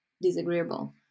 disagreeable